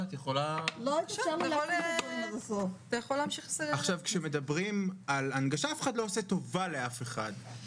דרך האינטרנט או לערוך שיחה עם תרגום לשפת הסימנים עם הרופא שלו